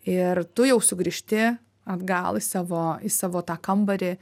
ir tu jau sugrįžti atgal į savo į savo tą kambarį